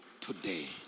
today